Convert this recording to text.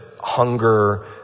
hunger